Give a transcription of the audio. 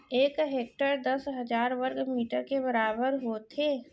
एक हेक्टर दस हजार वर्ग मीटर के बराबर होथे